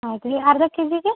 ಹೌದು ರೀ ಅರ್ಧ ಕೆ ಜಿಗೆ